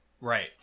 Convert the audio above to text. Right